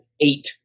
eight